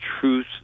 truth